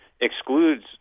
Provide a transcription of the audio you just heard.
excludes